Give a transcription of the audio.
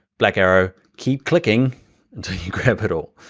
black arrow, keep clicking until you grab it all,